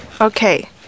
Okay